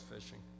fishing